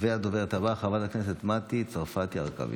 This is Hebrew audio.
הדוברת הבאה, חברת הכנסת מטי צרפתי הרכבי.